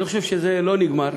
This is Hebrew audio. אני חושב שזה לא נגמר,